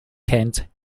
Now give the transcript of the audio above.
kent